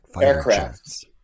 aircraft